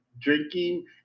drinking